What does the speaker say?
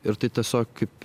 ir tai tiesiog kaip